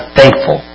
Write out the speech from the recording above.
thankful